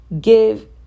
give